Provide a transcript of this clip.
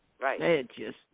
Right